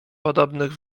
podobnych